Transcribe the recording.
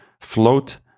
Float